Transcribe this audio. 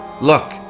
Look